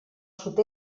sud